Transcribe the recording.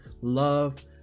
love